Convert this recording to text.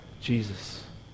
Jesus